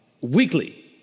Weekly